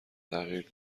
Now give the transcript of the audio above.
تغییر